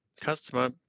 customer